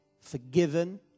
forgiven